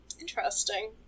interesting